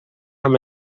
amb